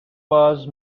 bars